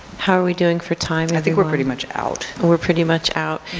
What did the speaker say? how are we doing for time? i think we're pretty much out. and we're pretty much out.